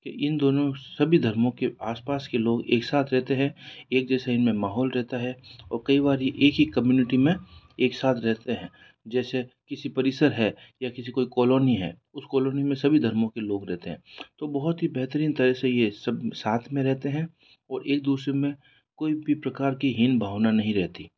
इन दोनों सभी धर्मों के आसपास के लोग एक साथ रहते हैं एक जैसे इनमें माहौल रहता है और कई बार यह एक ही कम्युनिटी में एक साथ रहते हैं जैसे किसी परिसर है या किसी कोई कॉलोनी है उस कॉलोनी में सभी धर्मों के लोग रहते हैं तो बहुत ही बेहतरीन तरह से यह सब साथ में रहते हैं और एक दूसरे में कोई भी प्रकार की हीन भावना नहीं रहती